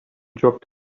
dropped